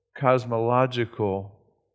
cosmological